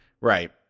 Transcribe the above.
Right